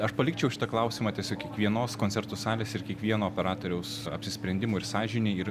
aš palikčiau šitą klausimą tiesiog kiekvienos koncertų salės ir kiekvieno operatoriaus apsisprendimui ir sąžinei ir